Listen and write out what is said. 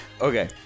Okay